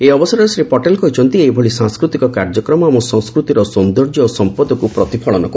ଏହି ଅବସରରେ ଶ୍ରୀ ପଟେଲ କହିଛନ୍ତି ଏହିଭଳି ସାଂସ୍କୃତିକ କାର୍ଯ୍ୟକ୍ରମ ଆମ ସଂସ୍କୃତିର ସୌନ୍ଦର୍ଯ୍ୟ ଓ ସମ୍ପଦକୁ ପ୍ରତିଫଳନ କରୁଛି